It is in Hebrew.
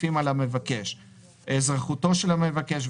__________ אזרחותו של המבקש,